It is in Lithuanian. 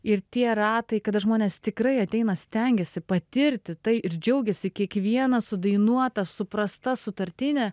ir tie ratai kada žmonės tikrai ateina stengiasi patirti tai ir džiaugiasi kiekviena sudainuota suprasta sutartine